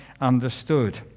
understood